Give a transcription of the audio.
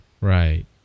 Right